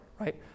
right